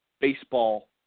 baseball